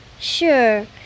Sure